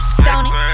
stoning